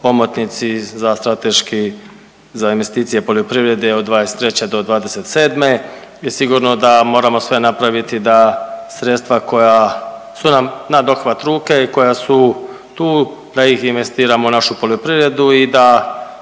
omotnici za strateški za investicije poljoprivrede od '23. do '27. i sigurno da moramo sve napraviti da sredstva koja su nam na dohvat ruke i koja su tu da ih investiramo u našu poljoprivredu i da